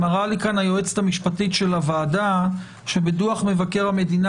מראה לי היועצת המשפטית של הוועדה שבדוח מבקר המדינה